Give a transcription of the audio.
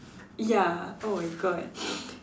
ya oh my god